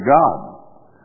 God